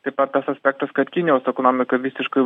taip pat tas aspektas kad kinijos ekonomika visiškai